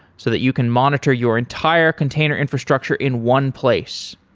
so that you can monitor your entire container infrastructure in one place.